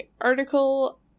article